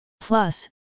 Plus